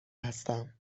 هستم